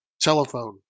telephone